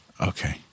Okay